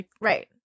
Right